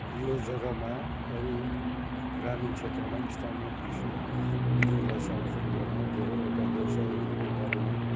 यो जग्गामा अरू ग्रामीण क्षेत्रमा स्थानीय कृषि उद्योगलाई समर्थन गर्न धेरैवटा व्यवसायहरूको बारेमा